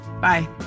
Bye